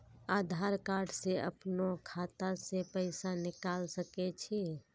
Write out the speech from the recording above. आधार कार्ड से अपनो खाता से पैसा निकाल सके छी?